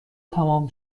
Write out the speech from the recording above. تمام